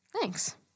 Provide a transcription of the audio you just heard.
Thanks